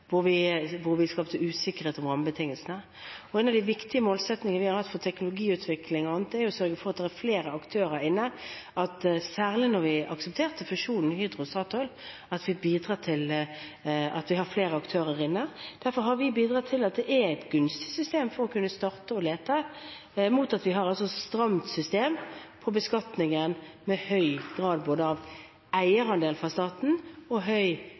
hvor vi skapte usikkerhet om rammebetingelsene. En av de viktige målsettingene vi har for teknologiutvikling og annet, er å sørge for at det er flere aktører inne, at vi særlig når vi aksepterte fusjonen Hydro/Statoil, har flere aktører inne. Derfor har vi bidratt til et gunstig system for å kunne starte å lete, mot at vi har et stramt system på beskatningen med høy grad både av eierandelen fra staten og høy